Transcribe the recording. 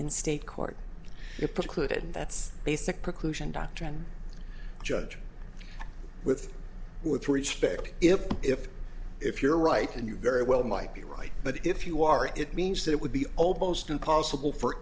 in state court it precluded that's basic preclusion doctrine judge with with respect if if if you're right and you very well might be right but if you are it means that it would be almost impossible for